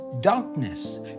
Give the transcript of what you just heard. darkness